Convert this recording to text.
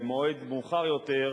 במועד מאוחר יותר,